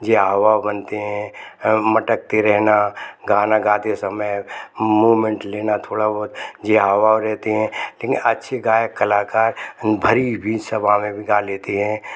जे हवा बनते हैं अ मटकते रहना गाना गाते समय मूवमेंट लेना थोड़ा बहुत जे हवा रहते है लेकिन अच्छे गायक कलाकार भरी बीच सभा में भी गा लेते हैं